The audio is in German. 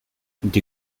die